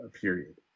period